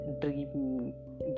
dream